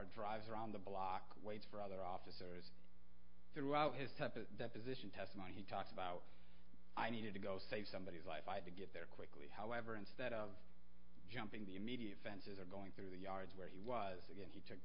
car drives around the block waits for other officers throughout his temple deposition testimony he talks about i needed to go save somebody's life i had to get there quickly however instead of jumping the immediate fence going through the yards where he was again he t